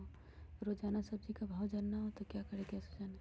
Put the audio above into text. रोजाना सब्जी का भाव जानना हो तो क्या करें कैसे जाने?